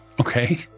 Okay